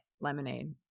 Lemonade